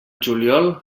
juliol